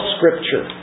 Scripture